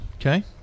Okay